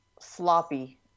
sloppy